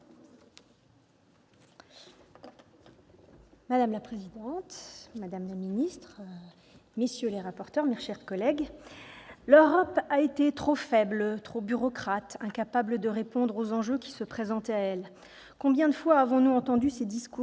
Madame la présidente, madame la ministre, mes chers collègues, l'Europe a été « trop faible, trop bureaucrate, incapable de répondre aux enjeux qui se présentaient à elle ». Combien de fois avons-nous entendu ces critiques